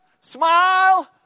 smile